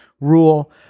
rule